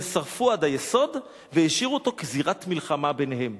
שרפו עד היסוד והשאירו אותו כזירת מלחמה ביניהם"